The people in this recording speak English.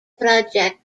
project